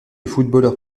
footballeurs